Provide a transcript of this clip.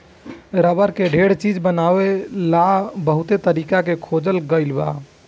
rubber से ढेर चीज बनावे ला बहुते तरीका के खोजल गईल बा